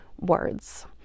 words